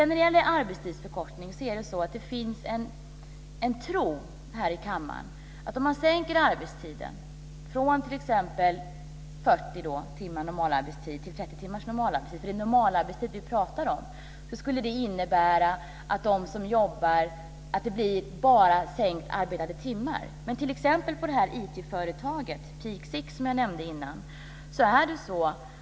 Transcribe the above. När det gäller arbetstidsförkortning finns det en tro här i kammaren att om man sänker arbetstiden från 40 timmar till exempelvis 30 timmars normalarbetstid - för det är normalarbetstid vi pratar om - skulle det innebära att det bara blir en sänkning av antalet arbetade timmar. Men vi kan se på IT företaget Peak Six, som jag nämnde tidigare.